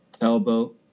Elbow